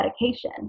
medication